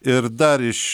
ir dar iš